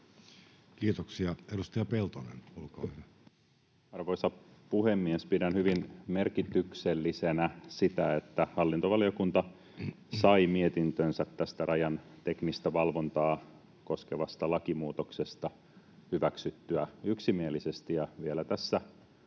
Kiitoksia. — Edustaja Peltonen, olkaa hyvä. Arvoisa puhemies! Pidän hyvin merkityksellisenä sitä, että hallintovaliokunta sai mietintönsä tästä rajan teknistä valvontaa koskevasta lakimuutoksesta hyväksyttyä yksimielisesti.